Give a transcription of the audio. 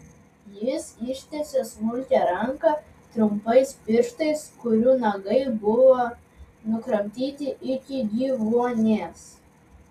jis ištiesė smulkią ranką trumpais pirštais kurių nagai buvo nukramtyti iki gyvuonies